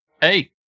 Hey